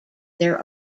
their